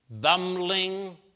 bumbling